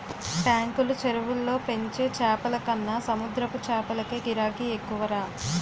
టాంకులు, చెరువుల్లో పెంచే చేపలకన్న సముద్రపు చేపలకే గిరాకీ ఎక్కువరా